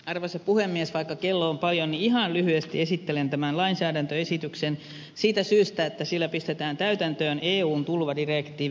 vaikka kello on paljon niin ihan lyhyesti esittelen tämän lainsäädäntöesityksen siitä syystä että sillä pistetään täytäntöön eun tulvadirektiivi